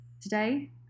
today